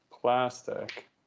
Plastic